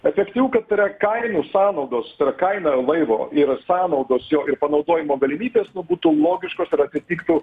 efektyvių kad yra kainų sąnaudos tai yra kaina laivo ir sąnaudos jo ir panaudojimo galimybės nu būtų logiškos ir atitiktų